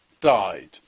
died